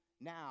now